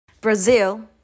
Brazil